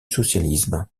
socialisme